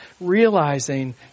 realizing